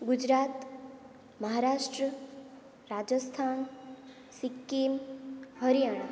Gujarat Maharashtra Rajasthan Sikkim Haryana